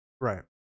Right